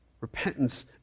Repentance